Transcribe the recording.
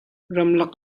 ramlak